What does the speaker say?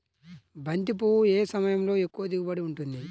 బంతి పువ్వు ఏ సమయంలో ఎక్కువ దిగుబడి ఉంటుంది?